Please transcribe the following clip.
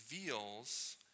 reveals